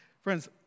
Friends